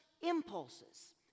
impulses